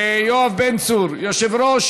יואב בן צור, יושב ראש